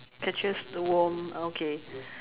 can choose to warm okay